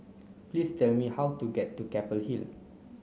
please tell me how to get to Keppel Hill